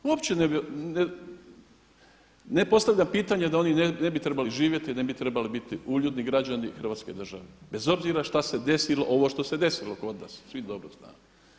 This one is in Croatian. Uopće ne postavljam pitanje da oni ne bi trebali živjeti, ne bi trebali biti uljudni građani Hrvatske države bez obzira što se desilo ovo što se desilo kod nas svi to dobro znamo.